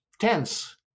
tense